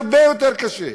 הרבה יותר קשה,